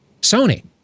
Sony